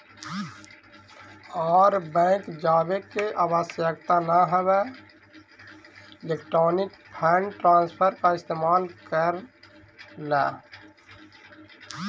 आर bank जावे के आवश्यकता न हवअ इलेक्ट्रॉनिक फंड ट्रांसफर का इस्तेमाल कर लअ